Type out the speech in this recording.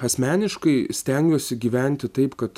asmeniškai stengiuosi gyventi taip kad